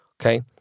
okay